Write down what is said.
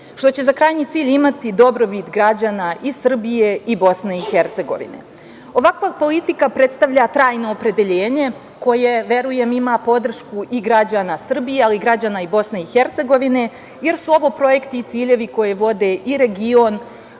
što će za krajnji cilj imati dobrobit građana i Srbije i BiH.Ovakva politika predstavlja trajno opredeljenje koje, verujem, ima podršku i građana Srbije, ali i građana BiH, jer su ovo projekti i ciljevi koji vode region